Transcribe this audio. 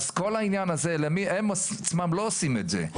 הם עצמם לא עושים את זה,